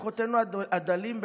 בכוחותינו הדלים,